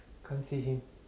can't see him